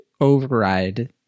override